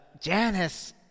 janice